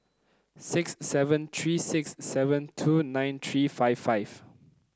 six seven three six seven two nine three five five